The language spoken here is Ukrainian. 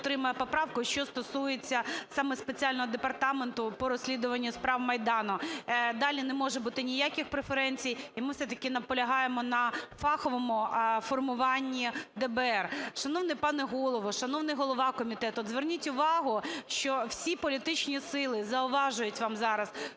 підтримує поправку, що стосується саме спеціального департаменту по розслідуванню справ Майдану. Далі не може бути ніяких преференцій, і ми все-таки наполягаємо на фаховому формуванні ДБР. Шановний пане Голово, шановний голова комітету, от зверніть увагу, що всі політичні сили зауважують вам зараз,